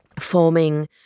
forming